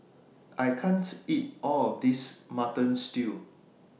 I can't eat All of This Mutton Stew